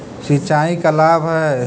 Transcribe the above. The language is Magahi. सिंचाई का लाभ है?